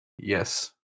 Yes